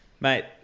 Mate